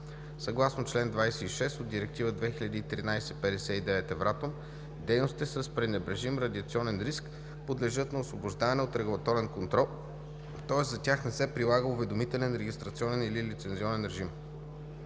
Съгласно чл. 26 от Директива 2013/59/Евратом дейностите с пренебрежим радиационен риск подлежат на освобождаване от регулаторен контрол, тоест за тях не се прилага уведомителен, регистрационен или лицензионен режим.